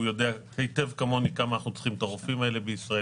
הוא יודע היטב כמוני עד כמה אנחנו צריכים את הרופאים האלה בישראל.